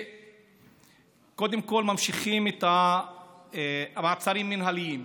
קודם כול ממשיכים את המעצרים המינהליים,